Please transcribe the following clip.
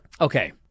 Okay